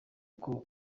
uko